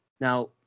now